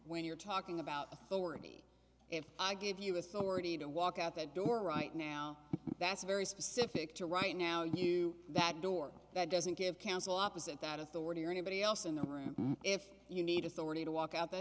when you're talking about authority if i give you a forty to walk out that door right now that's a very specific to right now you that door that doesn't give council opposite that authority or anybody else in the room if you need authority to walk out the